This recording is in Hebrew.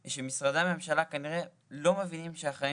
היא שמשרדי הממשלה כנראה לא מבינים שהחיים